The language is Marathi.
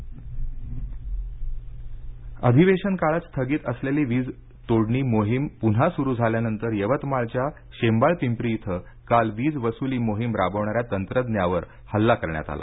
यवतमाळ वीज अधिवेशनकाळात स्थगित असलेली वीजतोडणी मोहीम पुन्हा सुरु झाल्यानंतर यवतमाळच्या शेंबाळपिंपरी इथं काल वीज वसुली मोहिम राबवणाऱ्या तंत्रज्ञावर हल्ला करण्यात आला